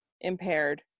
impaired